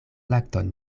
lakton